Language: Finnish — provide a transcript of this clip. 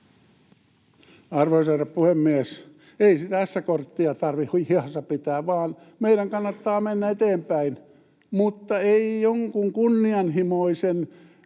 Arvoisa herra puhemies! Ei sitä ässäkorttia tarvitse hihassa pitää, vaan meidän kannattaa mennä eteenpäin, mutta ei jonkun kunnianhimoisen,